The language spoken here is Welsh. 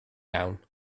iawn